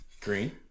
green